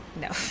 No